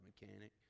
mechanic